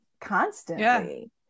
constantly